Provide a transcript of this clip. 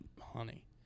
Honey